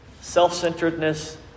self-centeredness